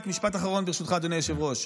משפט אחרון, ברשותך, אדוני היושב-ראש.